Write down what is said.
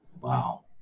Wow